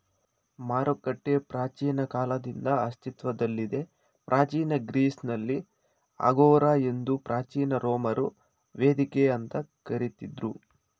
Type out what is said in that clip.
ಮಾರುಕಟ್ಟೆ ಪ್ರಾಚೀನ ಕಾಲದಿಂದ ಅಸ್ತಿತ್ವದಲ್ಲಿದೆ ಪ್ರಾಚೀನ ಗ್ರೀಸ್ನಲ್ಲಿ ಅಗೋರಾ ಎಂದು ಪ್ರಾಚೀನ ರೋಮರು ವೇದಿಕೆ ಅಂತ ಕರಿತಿದ್ರು